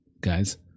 guys